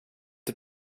det